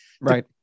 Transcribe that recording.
right